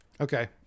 Okay